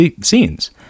scenes